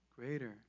greater